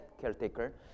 caretaker